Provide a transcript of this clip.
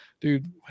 dude